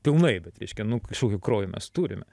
pilnai bet reiškia nu kažkokio kraujo mes turime